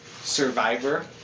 Survivor